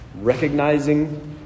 recognizing